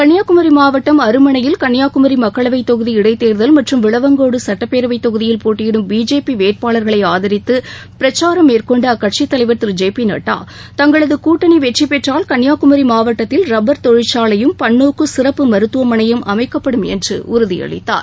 கன்னியாகுமரி மாவட்டம் அருமனையில் கன்னியாகுமரி மக்களவைத் தொகுதி இடைத் தேர்தல் மற்றும் விளவங்கோடு சுட்டப்பேரவைத் தொகுதியில் போட்டியிடும் பிஜேபி வேட்பாளர்களை ஆதரித்து பிரச்சாரம் மேற்கொண்ட அக்கட்சித் தலைவர் திரு ஜெ பி நட்டா தங்களது கூட்டணி வெற்றி பெற்றால் கன்னியாகுமரி மாவட்டத்தில் ரப்பர் தொழிற்சாலையும் பன்னோக்கு சிறப்பு மருத்துவமனையும் அமைக்கப்படும் என்று உறுதியளித்தார்